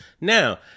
Now